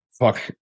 fuck